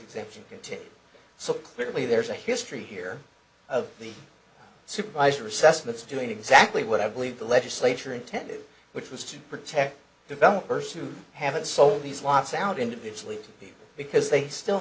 clearly there's a history here of the supervisor assessments doing exactly what i believe the legislature intended which was to protect developers who haven't sold these lots out individually to people because they still